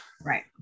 Right